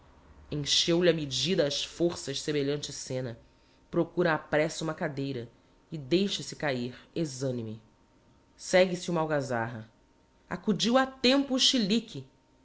raiva encheu lhe a medida ás forças semelhante scena procura á pressa uma cadeira e deixa-se cair exanime segue-se uma algazarra acudiu a tempo